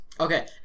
Okay